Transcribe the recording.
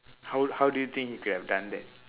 how how do you think he could have done that